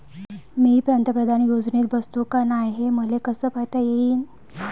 मी पंतप्रधान योजनेत बसतो का नाय, हे मले कस पायता येईन?